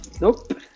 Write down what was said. nope